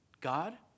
God